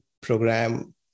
program